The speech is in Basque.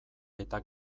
eta